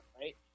right